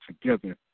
together